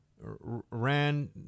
ran